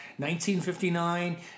1959